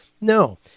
No